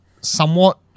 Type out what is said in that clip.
somewhat